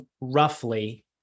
roughly